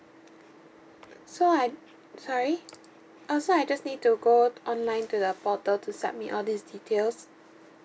so I sorry oh so I just need to go to online to the portal to submit all these details